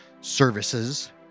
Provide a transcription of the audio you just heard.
services